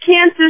cancer